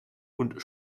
und